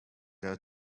their